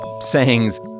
sayings